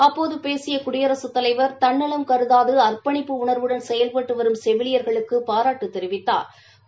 அப்போது பேசிய குடியரசுத் தலைவர் தன்னலம் கருதாது அர்ப்பணிப்பு உணர்வுடன் செயல்பட்டு வரும் செவிலியா்களுக்கு பாராட்டு தெரிவித்தாா்